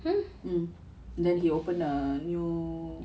then he then he open a new